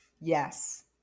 Yes